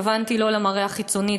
התכוונתי לא למראה החיצוני,